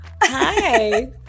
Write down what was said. Hi